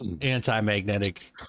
anti-magnetic